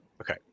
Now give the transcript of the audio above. Okay